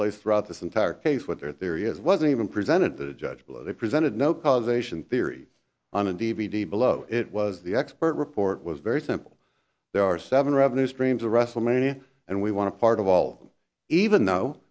place throughout this entire case what their theory is wasn't even presented that a judge below they presented no causation theory on a d v d below it was the expert report was very simple there are seven revenue streams of wrestle mania and we want to part of all even though